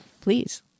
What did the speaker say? Please